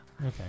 okay